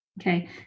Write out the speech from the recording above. Okay